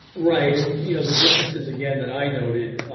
right, and you know the differences again that i noted,